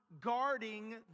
Guarding